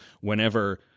whenever